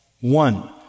One